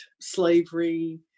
slavery